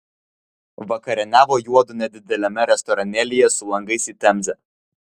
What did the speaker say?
vakarieniavo juodu nedideliame restoranėlyje su langais į temzę